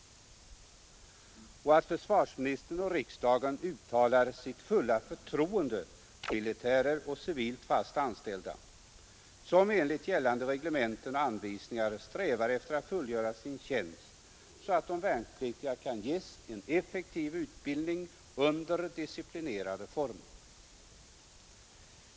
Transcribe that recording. Man väntar oc att försvarsministern och riksdagen uttalar sitt fulla förtroende för försvarets personal, militärer, civilmilitärer och civilt fast anställda, som enligt gällande reglementen och anvisningar strävar efter att fullgöra sin tjänst så att de värnpliktiga kan ges en effektiv utbildning under disciplinerade former.